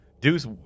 Deuce